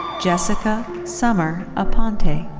jessica summer aponte.